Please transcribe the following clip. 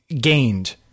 gained